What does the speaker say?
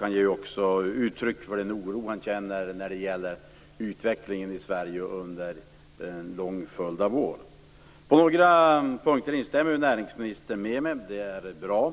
Han ger också uttryck för den oro han känner över utvecklingen i Sverige under en lång följd av år. På några punkter instämmer näringsministern med mig, och det är bra.